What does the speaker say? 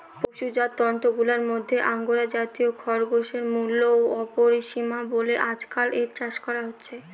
পশুজাত তন্তুগুলার মধ্যে আঙ্গোরা জাতীয় খরগোশের মূল্য অপরিসীম বলে আজকাল এর চাষ করা হচ্ছে